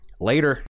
Later